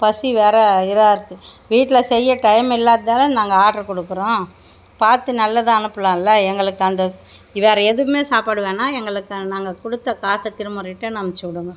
பசி வேற இதாகருக்கு வீட்டில் செய்ய டைம் இல்லாதால் நாங்கள் ஆட்ரு கொடுக்குறோம் பார்த்து நல்லதாக அனுப்புலாம்ல எங்களுக்கு அந்த வேறே எதுவுமே சாப்பாடு வேணாம் எங்களுக்கு நாங்கள் கொடுத்த காசை திரும்ப ரிட்டன் அமுச்சிவிடுங்க